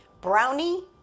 brownie